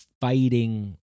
fighting